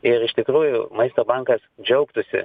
ir iš tikrųjų maisto bankas džiaugtųsi